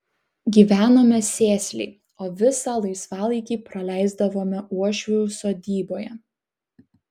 gyvenome sėsliai o visą laisvalaikį praleisdavome uošvių sodyboje